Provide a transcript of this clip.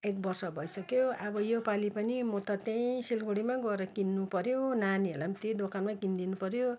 एक वर्ष भइसक्यो अब यो पालि पनि म त त्यहीँ सिलगडीमै गएर किन्नु पर्यो नानीहरूलाई त्यही दोकानमै किनिदिनु पर्यो